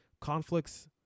conflicts